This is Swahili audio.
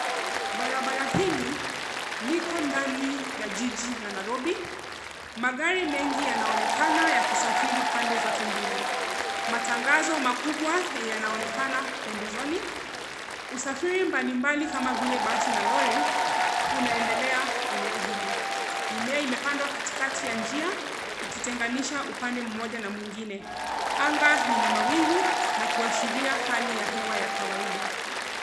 Barabara hili liko ndani ya jiji la Nairobi. Magari mengi yanaonekana yakisafiri pande zote mbili. Matangazo makubwa yanaonekana pembezoni, usafiri mbalimbali kama vile basi na lori unaendelea eneo hili. Mimea imepandwa katikati ya njia ikitenganisha upande mmoja na mwingine. Anga lina mawingu na kuashiria hali ya hewa ya kawaida.